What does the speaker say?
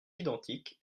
identiques